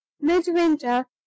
midwinter